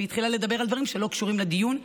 והתחילה לדבר על דברים שלא קשורים לדיון,